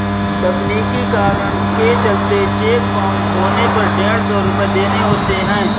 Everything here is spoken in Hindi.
तकनीकी कारण के चलते चेक बाउंस होने पर डेढ़ सौ रुपये देने होते हैं